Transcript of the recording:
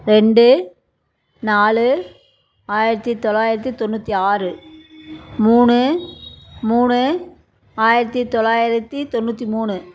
ரெண்டு நாலு ஆயிரத்து தொள்ளாயிரத்து தொண்ணூற்றி ஆறு மூணு மூணு ஆயிரத்து தொளாயிரத்து தொண்ணூற்றி மூணு